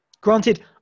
granted